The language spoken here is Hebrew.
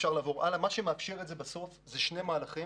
מה שמאפשר את זה זה שני מהלכי